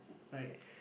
like